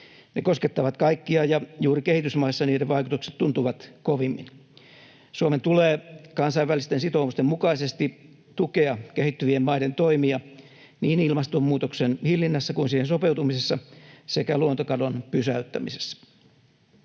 Ne koskettavat kaikkia, ja juuri kehitysmaissa niiden vaikutukset tuntuvat kovimmin. Suomen tulee kansainvälisten sitoumusten mukaisesti tukea kehittyvien maiden toimia niin ilmastonmuutoksen hillinnässä kuin siihen sopeutumisessa sekä luontokadon pysäyttämisessä.